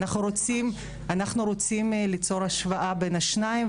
אנחנו רוצים ליצור השוואה בין השניים,